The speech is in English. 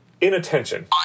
inattention